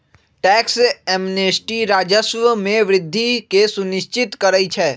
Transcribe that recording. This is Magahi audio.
टैक्स एमनेस्टी राजस्व में वृद्धि के सुनिश्चित करइ छै